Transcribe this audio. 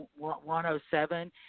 107